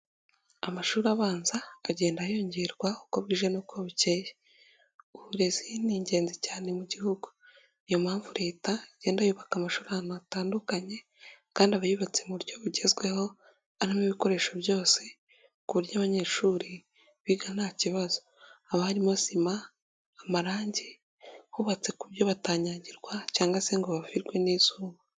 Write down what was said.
Amashuri abanza agenda yongerwa uko bwije n'uko bukeye, uburezi ni ingenzi cyane mu gihugu, niyo mpamvu leta igenda yubaka amashuri ahantu hatandukanye kandi aba yubatse mu buryo bugezweho arimo ibikoresho byose ku buryo abanyeshuri biga nta kibazo haba haribamo sima, amarangi hubatse ku byo batanyagirwa cyangwa se ngo bavirwe n'izuba.